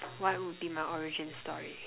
what would be my origin story